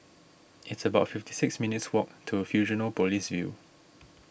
it's about fifty six minutes' walk to Fusionopolis View